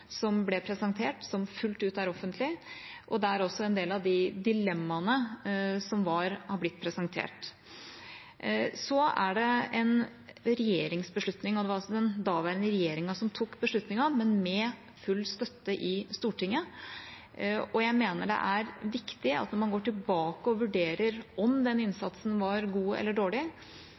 som ble presentert, som fullt ut er offentlig, og der også en del av de dilemmaene som var, har blitt presentert. Det er en regjeringsbeslutning, og det var altså den daværende regjeringa som tok beslutningen, men med full støtte i Stortinget. Jeg mener det er viktig at når man går tilbake og vurderer om den innsatsen var god eller dårlig,